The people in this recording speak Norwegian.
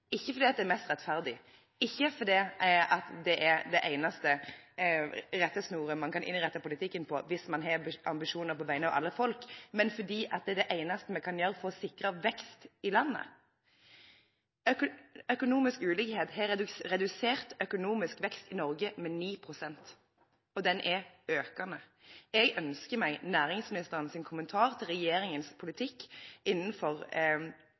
ikke fordi det er mest rettferdig, ikke fordi det er den eneste rettesnoren man kan innrette politikken etter hvis man har ambisjoner på vegne av alle folk, men fordi det er det eneste vi kan gjøre for å sikre vekst i landet. Økonomisk ulikhet har redusert økonomisk vekst i Norge med 9 pst., og den er økende. Jeg ønsker meg næringsministerens kommentar til regjeringens politikk innenfor